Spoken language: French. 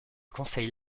conseille